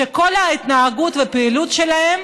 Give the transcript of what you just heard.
שכל ההתנהגות בפעילות שלהם